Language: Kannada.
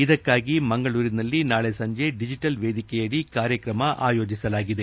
ಇದಕ್ಕಾಗಿ ಮಂಗಳೂರಿನಲ್ಲಿ ನಾಳಿ ಸಂಜೆ ಡಿಜಿಟಲ್ ವೇದಿಕೆಯಡಿ ಕಾರ್ಯಕ್ರಮ ಆಯೋಜಿಸಲಾಗಿದೆ